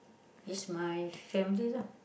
is my family lah